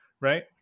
Right